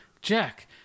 Jack